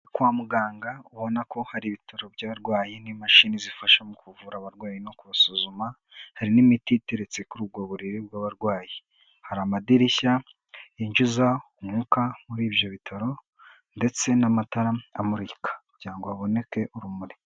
Kwa muganga ubona ko hari ibitaro by'abarwayi n'imashini zifasha mu kuvura abarwayi no kubasuzuma, hari n'imiti iteretse kuri ubwo buriri bw'abarwayi. Hari amadirishya yinjiza umwuka muri ibyo bitaro ndetse n'amatara amurika kugira ngo haboneke urumuri.